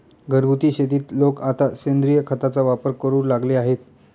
घरगुती शेतीत लोक आता सेंद्रिय खताचा वापर करू लागले आहेत